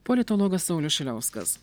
politologas saulius šiliauskas